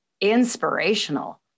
inspirational